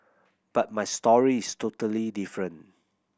but my story is totally different